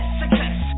success